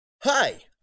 Hi